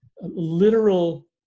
literal